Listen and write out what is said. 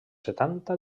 setanta